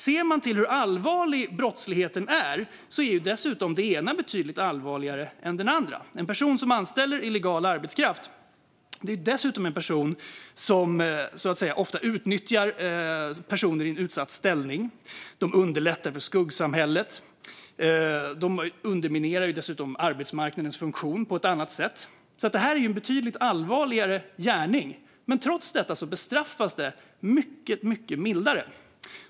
Ser man till hur allvarlig brottsligheten är är det ena dessutom betydligt allvarligare än det andra. En person som anställer illegal arbetskraft är dessutom en person som så att säga ofta utnyttjar personer i en utsatt ställning, underlättar för skuggsamhället och underminerar dessutom arbetsmarknadens funktion på ett annat sätt. Detta är därför en betydligt allvarligare gärning. Men trots detta bestraffas den mycket mildare.